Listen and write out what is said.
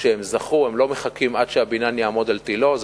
כשהם זוכים, הם לא מחכים עד שהבניין יעמוד על תלו.